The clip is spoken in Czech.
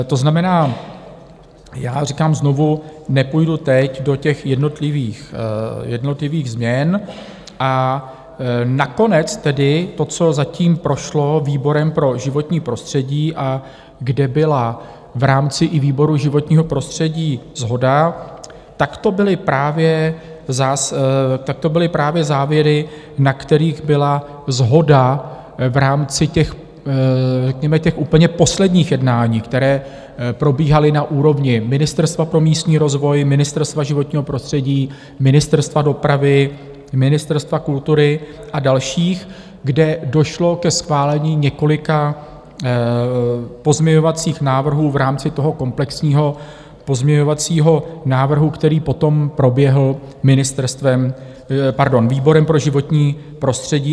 To znamená, já říkám znovu, nepůjdu teď do těch jednotlivých změn, a nakonec tedy to, co zatím prošlo výborem pro životní prostředí a kde byla v rámci i výboru životního prostředí shoda, to byly právě závěry, na kterých byla shoda v rámci úplně posledních jednání, která probíhala na úrovni Ministerstva pro místní rozvoj, Ministerstva životního prostředí, Ministerstva dopravy, Ministerstva kultury a dalších, kde došlo ke schválení několika pozměňovacích návrhů v rámci komplexního pozměňovacího návrhu, který potom proběhl ministerstvem, pardon, výborem pro životní prostředí.